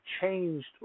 changed